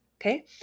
Okay